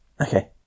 Okay